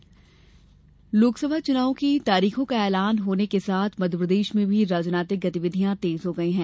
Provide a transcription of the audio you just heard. चुनाव गतिविधियां लोकसभा चुनाव की तारीखों का ऐलान होने के साथ मध्यप्रदेश में भी राजनैतिक गतिविधियां तेज हो गई हैं